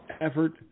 effort